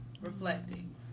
reflecting